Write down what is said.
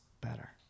better